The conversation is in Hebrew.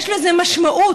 יש לזה משמעות.